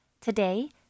Today